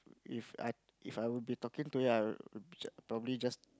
If I If I will be talking to you I'll probably just